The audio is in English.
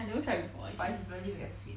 I never tried before eh